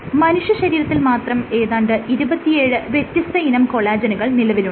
മനുഷ്യശരീരത്തിൽ മാത്രം ഏതാണ്ട് 27 വ്യത്യസ്തയിനം കൊളാജെനുകൾ നിലവിലുണ്ട്